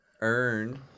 earn